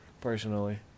personally